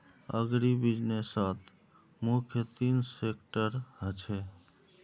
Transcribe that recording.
अग्रीबिज़नेसत मुख्य तीन सेक्टर ह छे